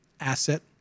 Asset